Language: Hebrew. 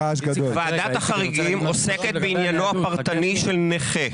ועדת החריגים עוסקת בעניינו הפרטני של נכה.